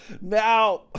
Now